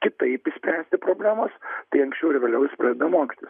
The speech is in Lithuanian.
kitaip išspręsti problemos tai anksčiau ar vėliau jisai pradeda mokytis